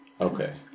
Okay